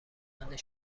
بلند